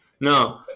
No